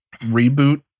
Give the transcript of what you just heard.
reboot